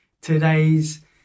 today's